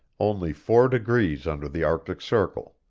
only four degrees under the arctic circle.